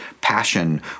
passion